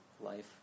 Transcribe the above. life